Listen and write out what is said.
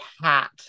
hat